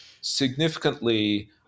significantly